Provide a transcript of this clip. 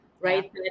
Right